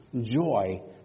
Joy